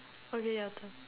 okay your turn